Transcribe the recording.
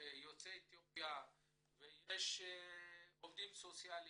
יוצאי אתיופיה ויש עובדים סוציאליים,